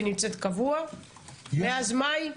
היא נמצאת קבוע מאז מאי?